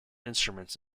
instruments